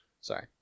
Sorry